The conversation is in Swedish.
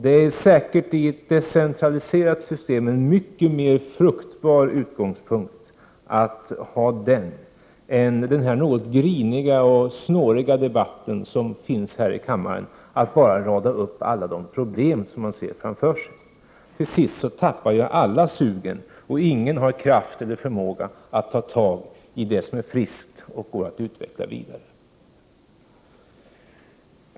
Det är säkert, i ett decentraliserat system, en mycket mer fruktbar utgångspunkt än den griniga och snåriga debatt som förekommer här i kammaren — att bara rada upp alla de problem som man ser framför sig. Till sist tappar ju alla sugen, och ingen har kraft eller förmåga att ta tag i det som är friskt och går att utveckla vidare.